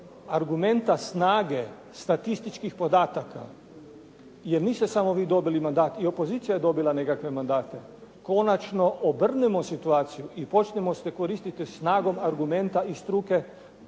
argumenta snage statističkih podataka, jer niste samo vi dobili mandat i opozicija je dobila nekakve mandate, konačno obrnemo situaciju i počnemo se koristiti snagom argumenta i struke.